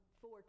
four